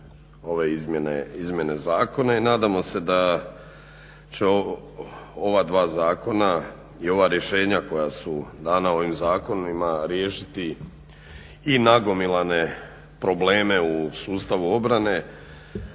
ove izmjene zakona i nadamo se da će ova zakona i ova rješenja koja su dana ovim zakonima riješiti i nagomilane probleme u sustavu obrane.